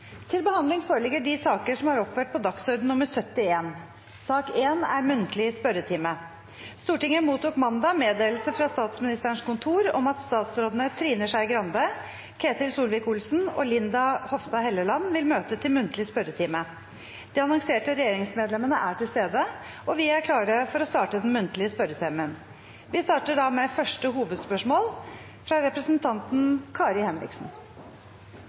til stede og vil ta sete. Stortinget mottok mandag meddelelse fra Statsministerens kontor om at statsrådene Trine Skei Grande, Ketil Solvik-Olsen og Linda C. Hofstad Helleland vil møte til muntlig spørretime. De annonserte regjeringsmedlemmene er til stede, og vi er klare til å starte den muntlige spørretimen. Vi starter med første hovedspørsmål, fra representanten Kari Henriksen.